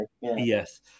yes